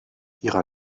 ihrer